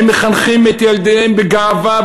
הם מחנכים את ילדיהם בגאווה,